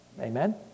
Amen